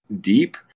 deep